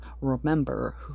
remember